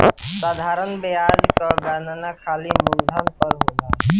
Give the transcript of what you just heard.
साधारण बियाज कअ गणना खाली मूलधन पअ होला